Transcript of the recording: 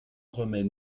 remet